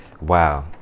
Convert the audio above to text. Wow